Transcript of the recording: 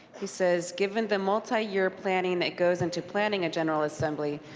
he says, given the multi year planning that goes into planning a general assembly,